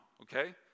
Okay